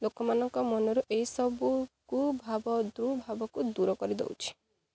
ଲୋକମାନଙ୍କ ମନରୁ ଏ ସବୁକୁ ଭାବ ଦୁର୍ଭାବ କୁ ଦୂର କରିଦେଉଛି